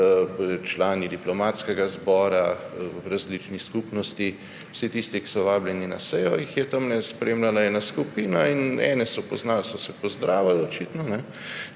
člani diplomatskega zbora, različnih skupnosti, vsi tisti, ki so vabljeni na sejo, tamle spremljala ena skupina in ene so poznali, so se pozdravili, očitno,